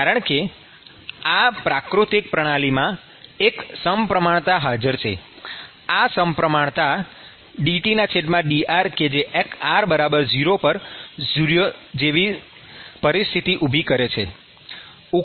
કારણકે આ પ્રાકૃતિક પ્રણાલીમાં એક સપ્રમાણતા હાજર છે આ સપ્રમાણતા ∂T∂r|r00 જેવી પરિસ્થિતી ઊભી કરે છે